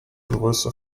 größe